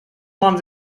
man